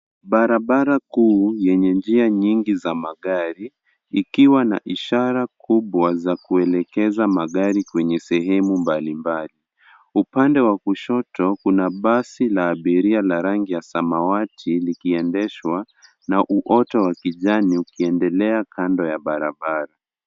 Barabara kuu yenye njia nyingi za magari ikiwa na ishara kubwa za kuelekeza magari kwenye sehemu mbalimbali. Upande wa kushoto, kuna basi la abiria la rangi ya samawati likiendeshwa na uoto wa kijani ukiendelea kando ya barabara.